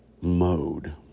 mode